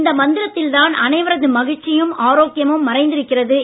இந்த மந்திரத்தில்தான் அனைவரது மகிழ்ச்சியும் ஆரோக்கியமும் மறைந்திருக்கிறது என்றார்